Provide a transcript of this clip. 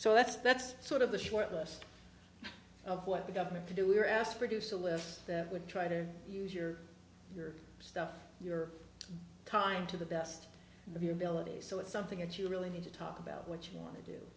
so that's that's sort of the short list of what the government can do we were asked produce a list would try to use your your stuff your time to the best of your abilities so it's something that you really need to talk about what you want to do